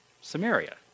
Samaria